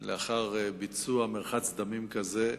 לאחר ביצוע מרחץ דמים כזה.